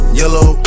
yellow